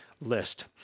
list